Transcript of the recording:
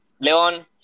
Leon